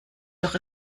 doch